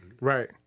Right